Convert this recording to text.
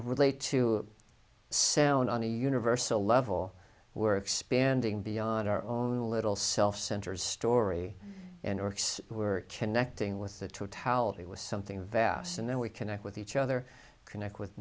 relate to sailing on a universal level we're expanding beyond our own little self centered story and orcs were connecting with the totality was something vast and then we connect with each other connect with